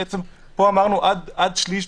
פה אמרנו עד שליש,